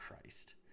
christ